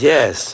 Yes